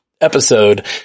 episode